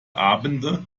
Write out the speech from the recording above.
abende